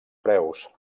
preus